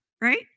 right